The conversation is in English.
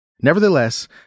Nevertheless